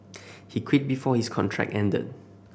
he quit before his contract ended